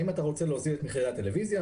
האם אתה רוצה להוזיל את מחירי הטלוויזיה?